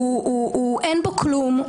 אין בו כלום,